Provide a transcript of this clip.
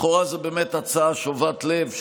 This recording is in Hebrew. לכאורה זו באמת הצעה שובת לב,